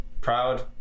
proud